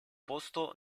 posto